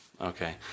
Okay